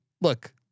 Look